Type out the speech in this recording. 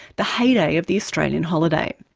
the heyday of the australian holiday.